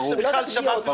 לא את הפגיעות.